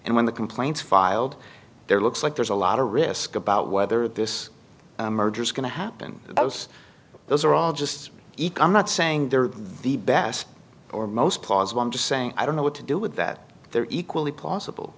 and when the complaints filed there looks like there's a lot of risk about whether this merger is going to happen those are all just econ not saying they're the best or most plausible i'm just saying i don't know what to do with that they're equally possible